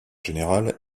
général